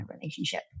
relationship